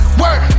work